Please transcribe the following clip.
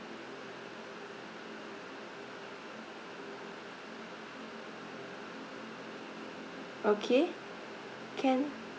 okay can